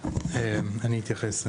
אני אתייחס.